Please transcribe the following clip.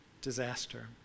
disaster